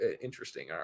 interesting